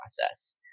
process